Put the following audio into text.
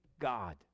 God